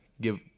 give